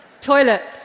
toilets